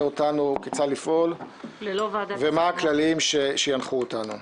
אותנו כיצד לפעול ומה הכללים שינחו אותנו.